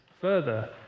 further